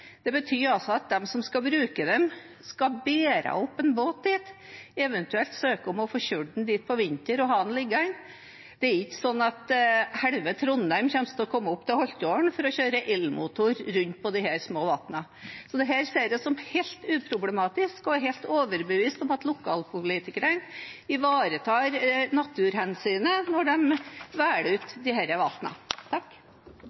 skal bruke dem, skal bære opp en båt, eventuelt søke om å få kjørt den dit på vinteren og ha den liggende. Det er ikke sånn at halve Trondheim vil komme til Holtålen for å kjøre elmotor rundt på disse små vannene. Så dette ser jeg som helt uproblematisk og er helt overbevist om at lokalpolitikerne ivaretar naturhensynet når de velger ut